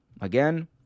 Again